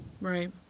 Right